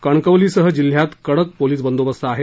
कणकवलीसह जिल्ह्यात कडक पोलीस बंदोबस्त आहे